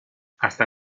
hasta